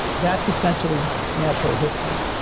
that's essentially natural history.